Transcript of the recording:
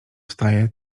wstaje